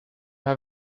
have